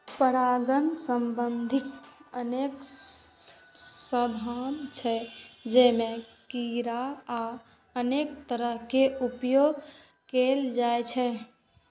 परागण प्रबंधनक अनेक साधन छै, जइमे कीड़ा आ अन्य तंत्र के उपयोग कैल जाइ छै